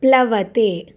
प्लवते